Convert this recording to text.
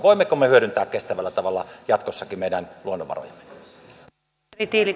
voimmeko me hyödyntää kestävällä tavalla jatkossakin meidän luonnonvarojamme